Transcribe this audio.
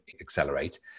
accelerate